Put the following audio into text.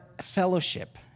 fellowship